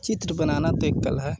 चित्र बनाना तो एक कला है